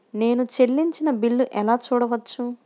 నేను చెల్లించిన బిల్లు ఎలా చూడవచ్చు?